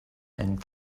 and